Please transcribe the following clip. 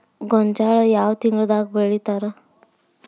ಗೋಂಜಾಳ ಯಾವ ತಿಂಗಳದಾಗ್ ಬೆಳಿತಾರ?